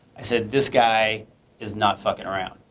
i said this guy is not fucking around.